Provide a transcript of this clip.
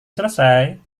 selesai